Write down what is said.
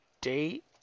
date